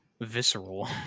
visceral